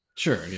Sure